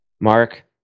Mark